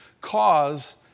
cause